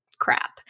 crap